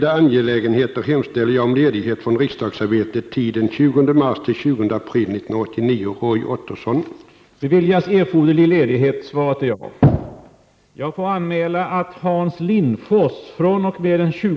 Då måste väl detta inte enbart gälla Lotto, utan även fotboll och V 65. Eller...? Det är nämligen uppenbart att både AB Tipstjänst och ATG är starkt intresserade av att deras resp. produkter kan sändas, oftast mer eller mindre Är statsrådet beredd vidta åtgärder med tanke på radionämndens fällning = pellationer av TV-programmet Zick Zack?